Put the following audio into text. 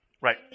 Right